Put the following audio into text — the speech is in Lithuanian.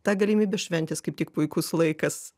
tą galimybę šventės kaip tik puikus laikas